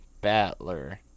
Battler